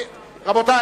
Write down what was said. רבותי,